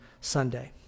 Sunday